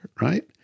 Right